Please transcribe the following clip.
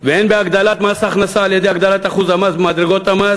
והן בהגדלת מס הכנסה על-ידי הגדלת אחוז המס במדרגות המס.